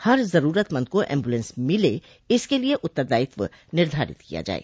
हर जरूरतमंद को एम्बुलेंस मिले इसके लिये उत्तरदायित्व निर्धारित किया जाये